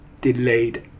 delayed